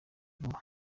vuba